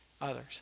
others